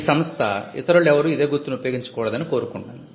ఈ సంస్థ ఇతరులెవరూ ఇదే గుర్తును ఉపయోగించకూడదని కోరుకుంటుంది